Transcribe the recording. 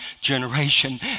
generation